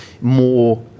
more